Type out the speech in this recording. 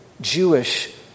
Jewish